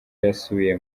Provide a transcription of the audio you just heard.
yasubiye